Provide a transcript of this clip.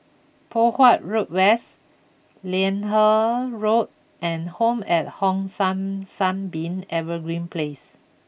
Poh Huat Road West Liane Road and Home at Hong San Sunbeam Evergreen Place